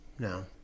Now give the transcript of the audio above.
No